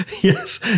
yes